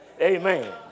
Amen